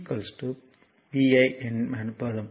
p vi எனப்படும்